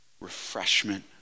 refreshment